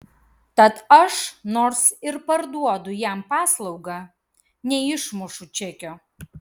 tad aš nors ir parduodu jam paslaugą neišmušu čekio